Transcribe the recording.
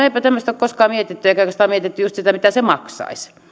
eipä tämmöistä ole koskaan mietitty eikä koskaan ole mietitty just sitä mitä se maksaisi